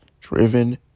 driven